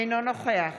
אינו נוכח